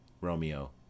Romeo